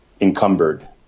encumbered